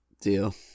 Deal